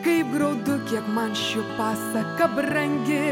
kaip graudu man ši pasaka brangi